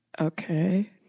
Okay